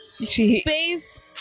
space